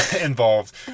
involved